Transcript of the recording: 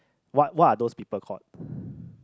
what what are those people called